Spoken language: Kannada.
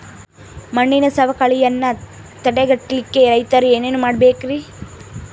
ಮಣ್ಣಿನ ಸವಕಳಿಯನ್ನ ತಡೆಗಟ್ಟಲಿಕ್ಕೆ ರೈತರು ಏನೇನು ಮಾಡಬೇಕರಿ?